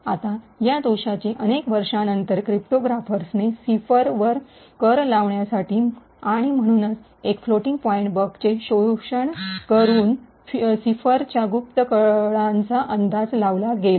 आता या दोषांचे अनेक वर्षानंतर क्रिप्टोग्राफर्सनी सिफर वर कर लावण्यासाठी आणि म्हणूनच या फ्लोटिंग पॉइंट बगचे शोषण करून सिफरच्या गुप्त कळाचा अंदाज लावला गेला